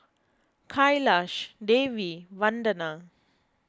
Kailash Devi Vandana